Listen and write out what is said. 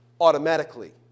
automatically